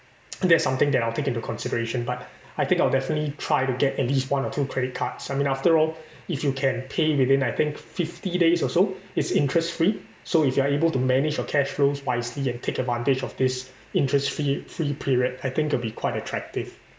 that's something that I'll take into consideration but I think I'll definitely try to get at least one or two credit cards I mean after all if you can pay within I think fifty days or so it's interest-free so if you are able to manage your cash flows wisely and take advantage of this interest-free free period I think it'll be quite attractive